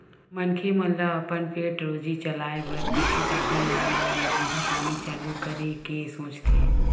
मनखे मन ल अपन पेट रोजी चलाय बर कुछु काही नानमून धंधा पानी चालू करे के सोचथे